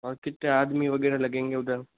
और कितने आदमी वगैरह लगेंगे उधर